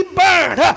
burned